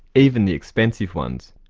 even the expensive ones.